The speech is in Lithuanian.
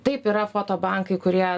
taip yra foto bankai kurie